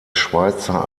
schweizer